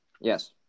Yes